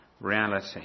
reality